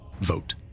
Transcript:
vote